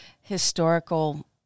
historical